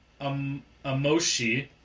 amoshi